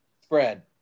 spread